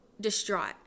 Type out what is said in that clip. distraught